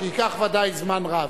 שייקח ודאי זמן רב.